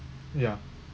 ya